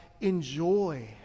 enjoy